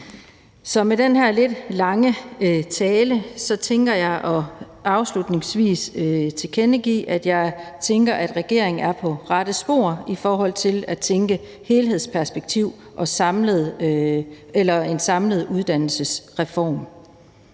Så med den her lidt lange tale tænker jeg afslutningsvis at tilkendegive, at jeg tænker, at regeringen er på rette spor i forhold til at tænke i et helhedsperspektiv og i forhold til en samlet uddannelsesreform.